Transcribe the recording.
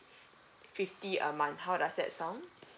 fifty a month how does that sound